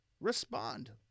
Respond